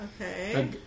Okay